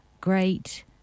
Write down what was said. great